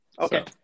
okay